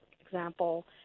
example